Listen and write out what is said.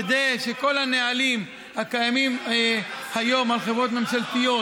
כדי שכל הנהלים הקיימים היום על חברות ממשלתיות